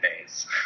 days